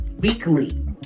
weekly